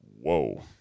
Whoa